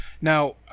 Now